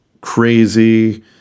crazy